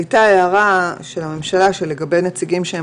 הייתה הערה של הממשלה לגבי נציגים שהם